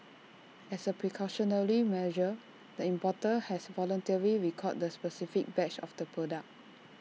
as A precautionary measure the importer has voluntarily recalled the specific batch of the product